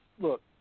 Look